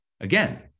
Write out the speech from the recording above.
Again